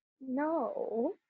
no